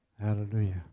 Hallelujah